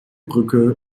brücke